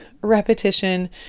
repetition